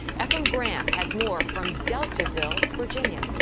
efrem graham has more from deltaville, virginia.